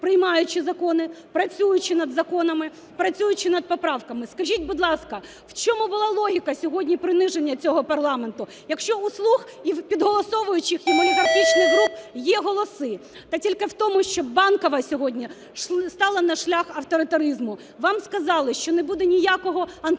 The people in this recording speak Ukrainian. приймаючи закони, працюючи над законами, працюючи над поправками. Скажіть, будь ласка, в чому була логіка сьогодні приниження цього парламенту, якщо у "слуг" і в підголосовуючих їм олігархічних груп є голоси. Та тільки в тому, що Банкова сьогодні стала на шлях авторитаризму. Вам сказали, що не буде ніякого